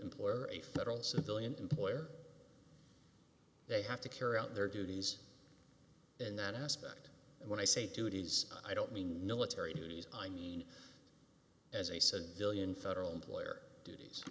employee or a federal civilian employer they have to carry out their duties in that aspect and when i say duties i don't mean military duties i need as i said million federal employees duties